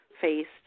faced